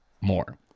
more